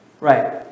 Right